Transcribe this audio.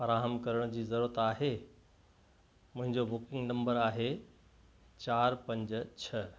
फराहम करण जी ज़रूरत आहे मुंहिंजो बुकिंग नम्बर आहे चार पंज छह